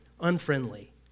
unfriendly